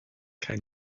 kein